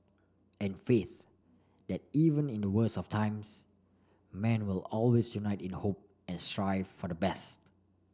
and faith that even in the worst of times man will always unite in the hope and strive for the best